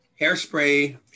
Hairspray